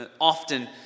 often